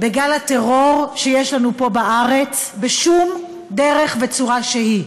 בגל הטרור שיש לנו פה בארץ בשום דרך וצורה שהיא.